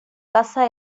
casa